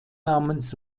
namens